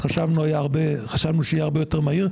שחשבנו חשבנו שהוא יהיה הרבה יותר מהיר,